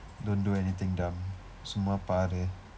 don't do anything dumb சும்மா பாரு:summaa paaru